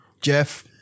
Jeff